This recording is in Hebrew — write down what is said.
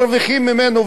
מרוויחים ממנה,